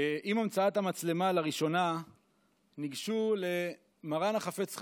עם המצאת המצלמה לראשונה ניגשו למרן החפץ חיים,